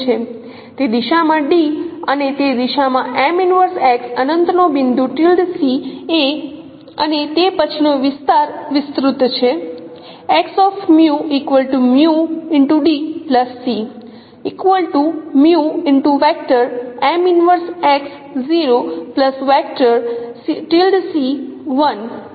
તે દિશામાં D અને તે દિશામાં અનંતનો બિંદુ એ અને તે પછીનો વિસ્તાર વિસ્તૃત છે